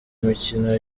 imikino